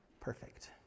perfect